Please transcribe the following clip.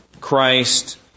Christ